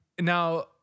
Now